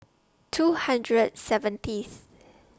two hundred seventieth